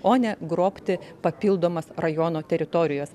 o ne grobti papildomas rajono teritorijas